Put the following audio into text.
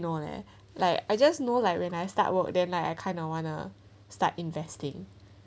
no leh like I just know like when I start work then I kind of want to start investing